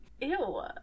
ew